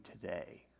today